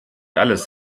alles